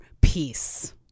peace